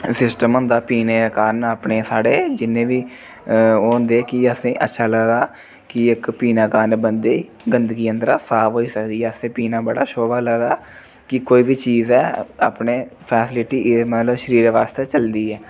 system होंदा पीने दे कारण अपने साढ़े जिन्ने बी ओह् होंदे कि असेंगी अच्छा लगदा कि इक पीने कारण बंदे ई गंदगी अंदरा साफ़ होई सकदी ऐ असें पीना बड़ा शोभा लगदा कि कोई बी चीज़ ऐ अपनै फैसिलिटी एह् मतलब शरीरा बास्तै चलदी ऐ